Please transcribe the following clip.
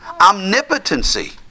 omnipotency